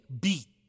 beat